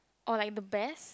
or like the best